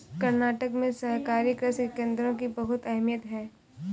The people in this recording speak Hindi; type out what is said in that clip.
कर्नाटक में सहकारी कृषि केंद्रों की बहुत अहमियत है